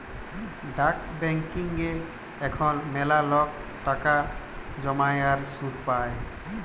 ডাক ব্যাংকিংয়ে এখল ম্যালা লক টাকা জ্যমায় আর সুদ পায়